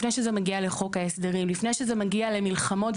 לפני שזה מגיע לחוק ההסדרים.